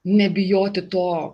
nebijoti to